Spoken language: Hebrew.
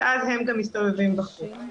והם מסתובבים גם בחוץ.